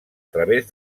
través